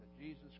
Jesus